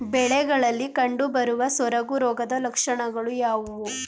ಬೆಳೆಗಳಲ್ಲಿ ಕಂಡುಬರುವ ಸೊರಗು ರೋಗದ ಲಕ್ಷಣಗಳು ಯಾವುವು?